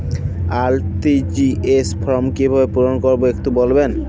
RTGS form কিভাবে পূরণ করবো একটু বলবেন?